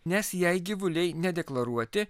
nes jei gyvuliai nedeklaruoti